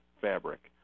fabric